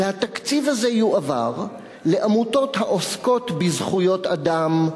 והתקציב הזה יועבר לעמותות העוסקות בזכויות אדם,